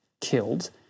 killed